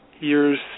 years